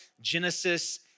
Genesis